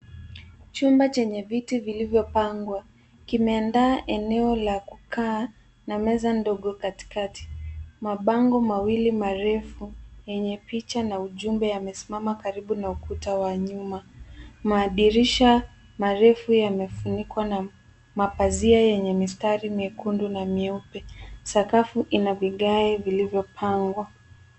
Chumba chenye vitu vilivyipangwa, kimeanda eneo la kukaa na meza ndogo katikati, mabango mawili marefu yenye picha na ujumbe yamesimama karibu na ukuta wa nyuma. Madirisha marefu yamefunikwa na mapazia yenye mistari miekundu na mieupe, sakafu ina vigae vilivyopangwa.